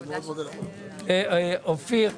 אופיר,